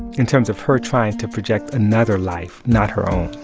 in terms of her trying to project another life, not her own